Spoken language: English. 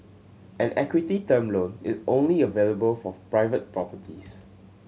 an equity term loan is only available for private properties